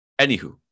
anywho